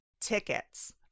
Tickets